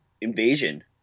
invasion